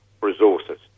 resources